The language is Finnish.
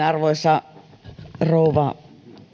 arvoisa rouva